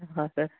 हां सर